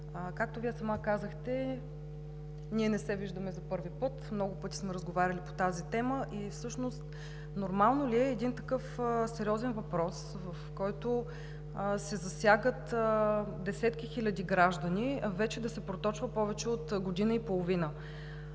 Както Вие сама казахте, не се виждаме за първи път – много пъти сме разговаряли по тази тема. Нормално ли е един такъв сериозен въпрос, в който се засягат десетки хиляди граждани, да се проточва повече от година и половина?